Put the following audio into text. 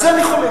על זה אני חולק.